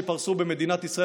שייפרסו במדינת ישראל,